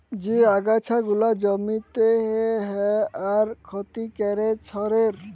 যে আগাছা গুলা জমিতে হ্যয় আর ক্ষতি ক্যরে ছবের